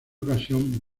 ocasión